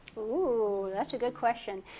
oh, that's a good question.